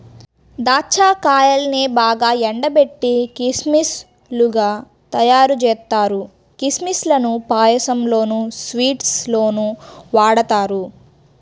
దాచ్చా కాయల్నే బాగా ఎండబెట్టి కిస్మిస్ లుగా తయ్యారుజేత్తారు, కిస్మిస్ లను పాయసంలోనూ, స్వీట్స్ లోనూ వాడతారు